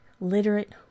literate